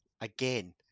again